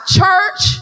church